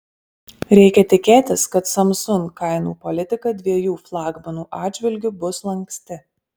reikia tikėtis kad samsung kainų politika dviejų flagmanų atžvilgiu bus lanksti